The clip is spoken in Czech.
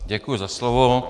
Děkuji za slovo.